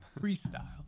Freestyle